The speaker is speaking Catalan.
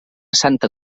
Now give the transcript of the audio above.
santa